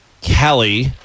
Kelly